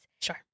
Sure